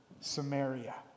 Samaria